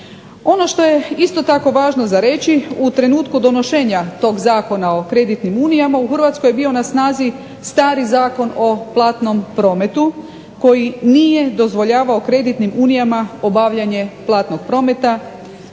Ono što je isto tako važno za reći, u trenutku donošenja tog Zakona o kreditnim unijama u Hrvatskoj je bio na snazi stari Zakon o platnom prometu koji nije dozvoljavao kreditnim unijama obavljanje platnog prometa